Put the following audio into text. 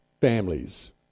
families